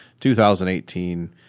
2018